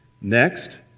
Next